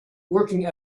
working